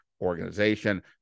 organization